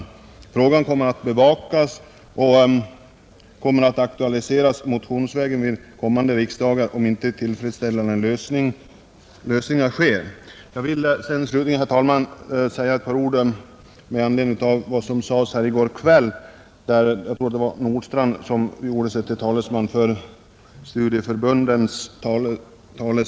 Frågan kommer att bevakas och aktualiseras motionsvägen vid kommande riksdagar om inte tillfredsställande lösningar kommer till stånd. Till sist vill jag, herr talman, säga ett par ord med anledning av vad som sades här i går kväll. Jag tror det var herr Nordstrandh som gjorde sig till talesman för studieförbunden.